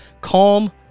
calm